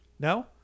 No